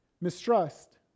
mistrust